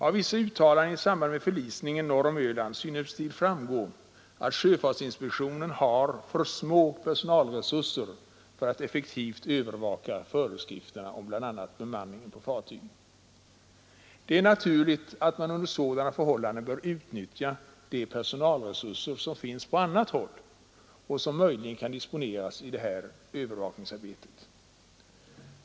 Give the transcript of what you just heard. Av vissa uttalanden i samband med förlisningen norr om Öland synes emellertid framgå att sjöfartsinspektionen har för små personalresurser för att effektivt övervaka föreskrifterna om bl.a. bemanningen på fartyg. Det är naturligt att man under sådana förhållanden bör utnyttja de personalresurser som finns på annat håll och som möjligen kan disponeras i det här övervakningsarbetet.